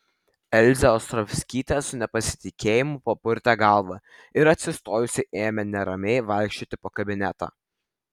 elzė ostrovskytė su nepasitikėjimu papurtė galvą ir atsistojusi ėmė neramiai vaikščioti po kabinetą